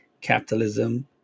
capitalism